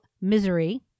Misery